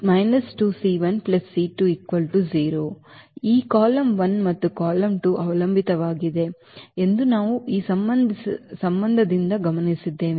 ಆದ್ದರಿಂದ ಈ ಕಾಲಮ್ 1 ಮತ್ತು ಕಾಲಮ್ 2 ಅವಲಂಬಿತವಾಗಿದೆ ಎಂದು ನಾವು ಈ ಸಂಬಂಧದಿಂದ ಗಮನಿಸಿದ್ದೇವೆ